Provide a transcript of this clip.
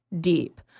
deep